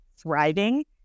thriving